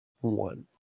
one